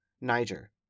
Niger